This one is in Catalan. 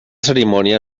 cerimònia